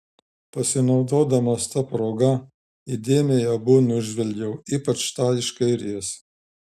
pasinaudodamas ta proga įdėmiai abu nužvelgiau ypač tą iš kairės